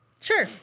Sure